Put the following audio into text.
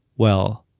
well,